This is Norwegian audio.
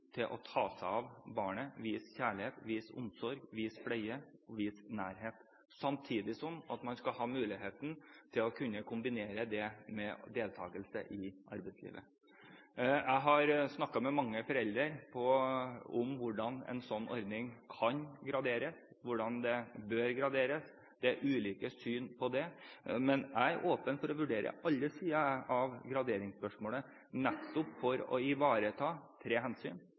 til å ta seg av barnet – vise kjærlighet, vise omsorg, pleie, vise nærhet – samtidig som man skal ha muligheten til å kunne kombinere det med deltakelse i arbeidslivet. Jeg har snakket med mange foreldre om hvordan en sånn ordning kan graderes, og hvordan den bør graderes. Det er ulike syn på det, men jeg er åpen for å vurdere alle sider av graderingsspørsmålet, nettopp for å ivareta tre hensyn – for det første barnets hensyn, så foreldrenes hensyn